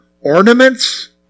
Ornaments